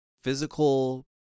physical